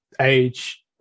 age